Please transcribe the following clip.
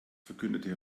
verkündete